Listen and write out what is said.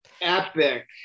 Epic